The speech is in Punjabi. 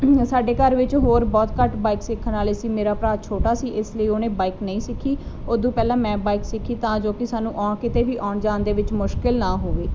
ਸਾਡੇ ਘਰ ਵਿੱਚ ਹੋਰ ਬਹੁਤ ਘੱਟ ਬਾਈਕ ਸਿੱਖਣ ਵਾਲੇ ਸੀ ਮੇਰਾ ਭਰਾ ਛੋਟਾ ਸੀ ਇਸ ਲਈ ਉਹਨੇ ਬਾਈਕ ਨਹੀਂ ਸਿੱਖੀ ਉਹਤੋਂ ਪਹਿਲਾਂ ਮੈਂ ਬਾਈਕ ਸਿੱਖੀ ਤਾਂ ਜੋ ਕਿ ਸਾਨੂੰ ਆਉਣ ਕਿਤੇ ਵੀ ਆਣ ਜਾਣ ਦੇ ਵਿੱਚ ਮੁਸ਼ਕਿਲ ਨਾ ਹੋਵੇ